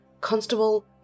Constable